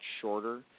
shorter